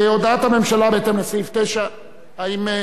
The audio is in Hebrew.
הודעת הממשלה בהתאם לסעיף 9. האם,